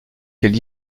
qu’ils